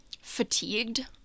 fatigued